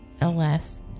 Alas